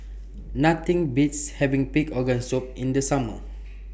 Nothing Beats having Pig Organ Soup in The Summer